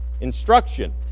instruction